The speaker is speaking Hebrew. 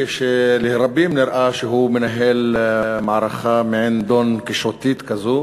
כשלרבים נראה שהוא מנהל מערכה מעין דון קישוטית כזאת,